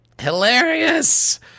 Hilarious